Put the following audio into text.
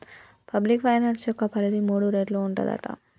public finance యొక్క పరిధి మూడు రేట్లు ఉంటదట